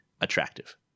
attractive